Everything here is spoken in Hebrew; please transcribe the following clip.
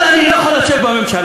אבל אני לא יכול לשבת בממשלה,